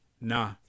nah